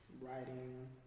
writing